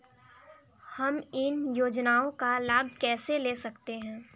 हम इन योजनाओं का लाभ कैसे ले सकते हैं?